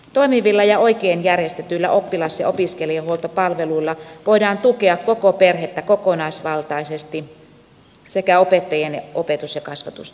toimivilla ja oikein järjestetyillä oppilas ja opiskelijahuoltopalveluilla voidaan tukea koko perhettä kokonaisvaltaisesti sekä opettajien opetus ja kasvatustyötä